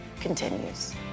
continues